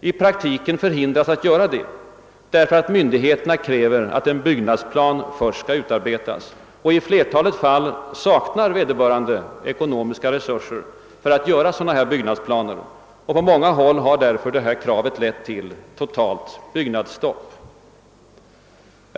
i praktiken förhindrats göra detta därför att myndigheterna kräver att byggnadsplan först skall utarbetas. I flertalet fall saknar vederbörande ekonomiska resurser för att uppgöra dylika byggnadsplaner. På många håll har dessa krav därför lett till totalt byggnadsstopp.